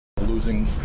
losing